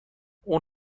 اون